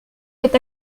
est